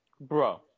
Bro